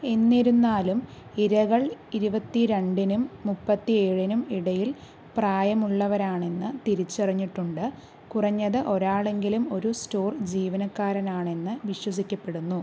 എന്നിരുന്നാലും ഇരകൾ ഇരുപത്തി രണ്ടിനും മുപ്പത്തി ഏഴിനും ഇടയിൽ പ്രായമുള്ളവരാണെന്ന് തിരിച്ചറിഞ്ഞിട്ടുണ്ട് കുറഞ്ഞത് ഒരാളെങ്കിലും ഒരു സ്റ്റോർ ജീവനക്കാരനാണെന്ന് വിശ്വസിക്കപ്പെടുന്നു